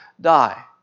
die